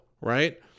right